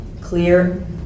clear